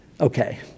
okay